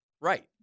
Right